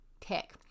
tech